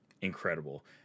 incredible